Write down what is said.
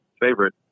favorite